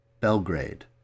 Belgrade